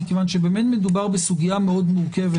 כי מדובר בסוגיה מאוד מורכבת.